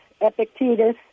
Epictetus